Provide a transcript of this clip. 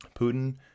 Putin